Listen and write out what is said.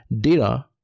data